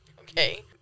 Okay